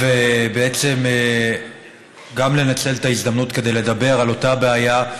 בעצם גם לנצל את ההזדמנות כדי לדבר על אותה בעיה,